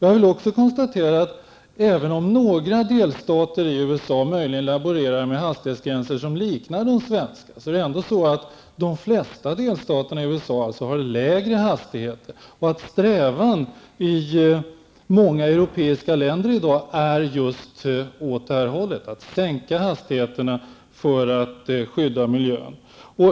Jag vill också konstatera, även om några delstater i USA möjligen laborerar med hastighetsgränser som liknar de svenska, att de flesta delstaterna i USA har lägre hastigheter. I många europeiska länder strävar man i dag åt det här hållet, att sänka hastigheterna för att skydda miljön.